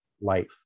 life